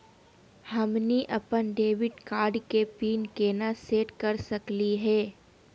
हमनी अपन debit card के पीन केना सेट कर सकली हे?